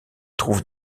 trouve